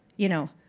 you know,